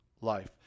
life